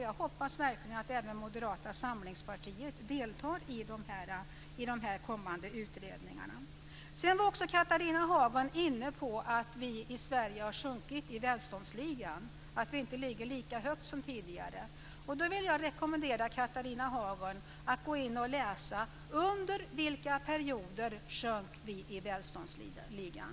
Jag hoppas verkligen att även Moderata samlingspartiet deltar i dessa kommande utredningar. Catharina Hagen var också inne på att Sverige har sjunkit i välståndsligan och inte ligger lika högt som tidigare. Då vill jag rekommendera Catharina Hagen att läsa under vilka perioder som Sverige sjönk i välståndsligan.